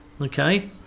okay